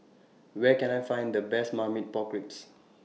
Where Can I Find The Best Marmite Pork Ribs